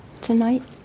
tonight